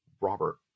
Robert